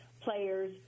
players